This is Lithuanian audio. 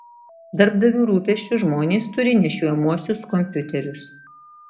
darbdavių rūpesčiu žmonės turi nešiojamuosius kompiuterius